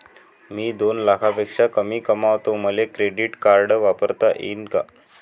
मी दोन लाखापेक्षा कमी कमावतो, मले क्रेडिट कार्ड वापरता येईन का?